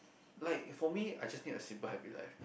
like for me I just need a simple happy life